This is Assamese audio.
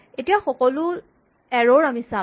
এতিয়া সকলো এৰ'ৰ আমি চাম